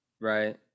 Right